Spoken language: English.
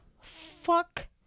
Fuck